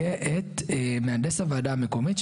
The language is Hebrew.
יהיה את מהנדס הוועדה המקומית,